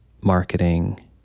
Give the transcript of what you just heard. marketing